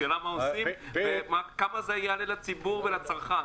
השאלה מה עושים וכמה זה יעלה לציבור ולצרכן.